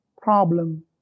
problem